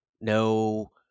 no